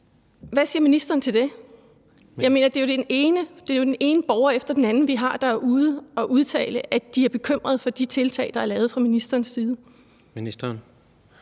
Hvad siger ministeren til det? Det er jo den ene borger efter den anden, der er ude og udtale, at de er bekymrede for de tiltag, der er lavet fra ministerens side.